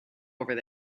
over